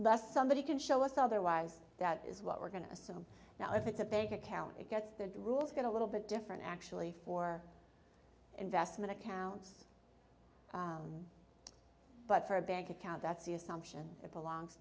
unless somebody can show us otherwise that is what we're going to assume now if it's a bank account it gets the rules going to little bit different actually for investment accounts but for a bank account that's the assumption it belongs